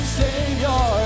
savior